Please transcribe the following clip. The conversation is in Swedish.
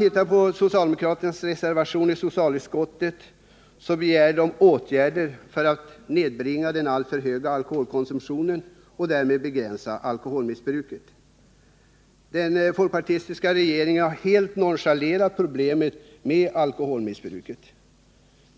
I den socialdemokratiska reservationen vid socialutskottets betänkande begärs åtgärder för att nedbringa den alltför höga alkoholkonsumtionen och därmed begränsa alkoholmissbruket. Den folkpartistiska regeringen har helt nonchalerat problemet med alkoholmissbruket.